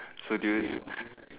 so do you